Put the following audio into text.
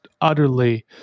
utterly